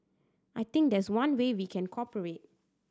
I think that's one way we can cooperate